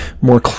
more